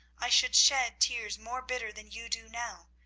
i should shed tears more bitter than you do now.